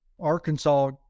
Arkansas